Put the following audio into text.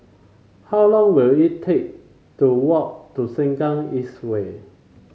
how long will it take to walk to Sengkang East Way